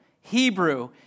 Hebrew